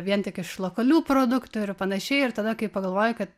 vien tik iš lokalių produktų ir panašiai ir tada kai pagalvoji kad